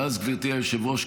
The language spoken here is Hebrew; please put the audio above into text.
ואז, גברתי היושבת-ראש,